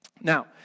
Now